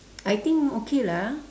I think okay lah